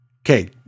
Okay